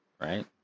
right